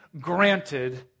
granted